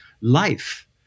life